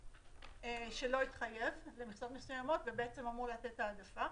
שלא התחייב למכסות מסוימות ובעצם אמור לתת העדפה.